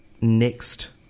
next